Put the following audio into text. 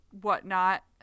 whatnot